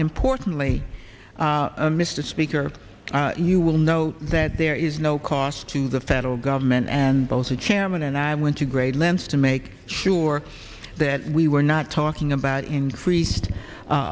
importantly mr speaker you will know that there is no cost to the federal government and both the chairman and i went to great lengths to make sure that we were not talking about increased